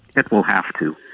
it will have to.